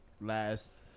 last